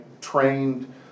trained